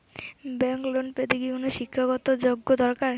Bank loan পেতে কি কোনো শিক্ষা গত যোগ্য দরকার?